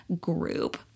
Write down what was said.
group